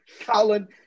Colin